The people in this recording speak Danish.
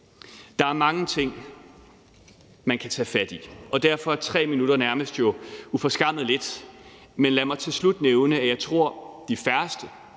Der er mange ting, man kan tage fat i, og derfor er 3 minutter jo nærmest uforskammet lidt, men lad mig til slut nævne, at jeg tror, at de færreste,